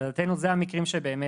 להבנתנו אלה המקרים שבהם